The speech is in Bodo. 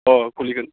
अह खुलिगोन